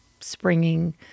springing